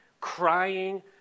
crying